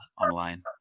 online